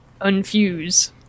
unfuse